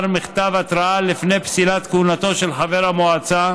מכתב התראה לפני פסילת כהונתו של חבר המועצה,